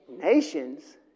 Nations